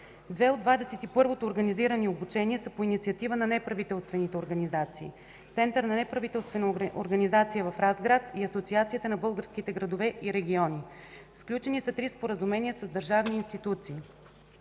Две от 21 организирани обучения са по инициатива на неправителствените организации: Център на неправителствени организации в Разград и Асоциацията на българските градове и региони. Сключени са три споразумения с държавни институции.